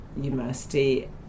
university